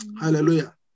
Hallelujah